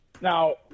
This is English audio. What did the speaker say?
Now